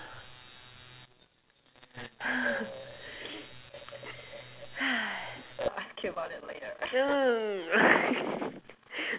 !eww!